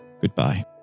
goodbye